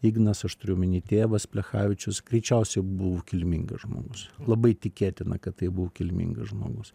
ignas aš turiu omeny tėvas plechavičius greičiausiai buvo kilmingas žmogus labai tikėtina kad tai buvo kilmingas žmogus